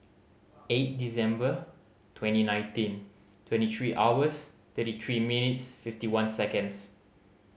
eight December twenty nineteen twenty three hours thirty three minutes fifty one seconds